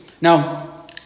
Now